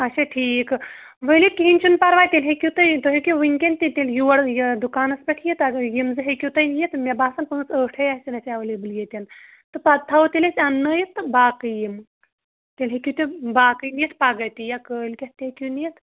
اچھا ٹھیٖک ؤلِو کِہیٖنٛۍ چھُنہٕ پرواے تیٚلہِ ہیٚکِو تُہۍ تُہۍ ہیٚکِو وُنکیٚن تہِ تیٚلہِ یور یہِ دُکانَس پیٚٹھ یِتھ اگر یِم زٕ ہیٚکِو تُہۍ نِتھ مےٚ باسان پانٛژھ ٲٹھ ہے آسان اَسہِ اَیٚویلیبٕل ییٚتیٚن تہٕ پَتہٕ تھاوَو تیٚلہِ أسۍ اَنٕنٲوِتھ تہٕ باقٕے یِم تیٚلہِ ہیٚکِو تِم باقٕے نِتھ پَگاہ تہِ یا کٲلۍکیٚتھ تہِ ہیٚکو نِتھ